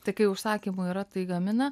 tai kai užsakymų yra tai gamina